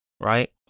Right